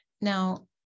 Now